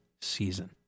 season